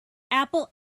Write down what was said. apple